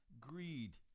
greed